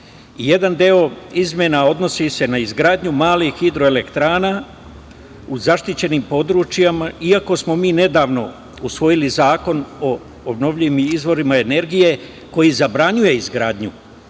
EU.Jedan deo izmena odnosi se na izgradnju malih hidroelektrana u zaštićenim područjima, iako smo mi nedavno usvojili Zakon o obnovljivim izvorima energije, koji zabranjuje izgradnju